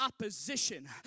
opposition